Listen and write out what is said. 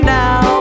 now